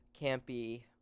Campy